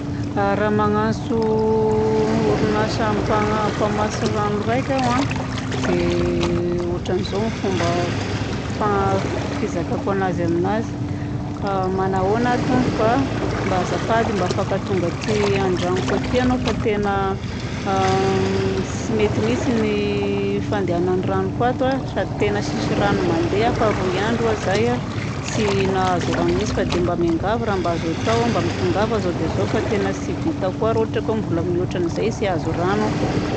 Raha magnantso orinasa mpana- mpamatsy rano raika aho a, dia ôtran'izao ny fomba f- fa- fizakako anazy aminazy: "manahoana tompoko a, mba azafady mba afaka tonga aty andragnoko aty ianao fa tena tsy mety mihitsy ny fandehanan'ny ranoko ato a, sady tena tsisy rano mandeha fa roy andro aho zay tsy nahazo rano mihitsy fa dia mba miangavy raha azo atao, mba mitongava zao dia zao fa tena tsy vita koa raha ohatra ka mbola mihoatra an'izay tsy hahazo rano.